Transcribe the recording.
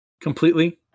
completely